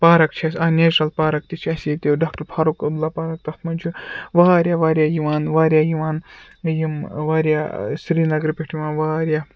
park چھِ اَسہِ natural park تہِ چھِ اَسہِ ییٚتہِ ڈاکٹر فاروق عبدُاللہ پارک تَتھ منٛز چھُ واریاہ واریاہ یِوان واریاہ یِوان یِم واریاہ سرینَگرٕ پٮ۪ٹھ یِوان واریاہ